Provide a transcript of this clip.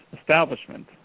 Establishment